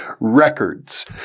Records